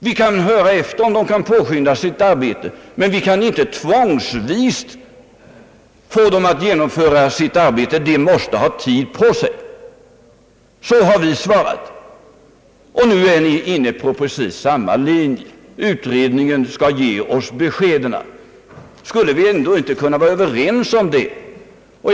Vi kan höra efter om utredningen kan påskynda sitt arbete, men vi kan inte tvångsvis få den att till en viss tidpunkt genomföra sitt arbete. De måste ha tid på sig. Så har vi alltså svarat, och nu är ni inne på precis samma linje, nämligen att utredningen skall ge oss de erforderliga beskeden. Skulle vi då inte kunna vara överens om den saken?